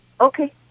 Okay